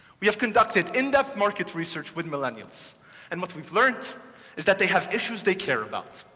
we have conducted in-depth market research with millennials and what we've learned is that they have issues they care about.